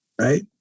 right